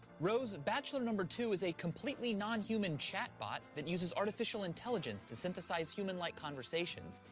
rose, bachelor number two is a completely non-human chat bot that uses artificial intelligence to synthesize human-like conversations.